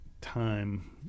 time